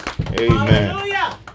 Amen